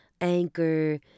Anchor